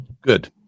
Good